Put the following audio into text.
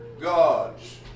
gods